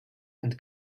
and